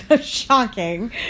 Shocking